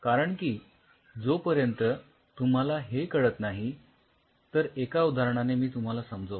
कारण की जोपर्यंत तुम्हाला हे कळत नाही तर एका उदाहरणाने मी तुम्हाला समजावतो